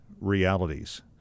realities